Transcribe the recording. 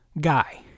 guy